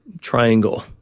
triangle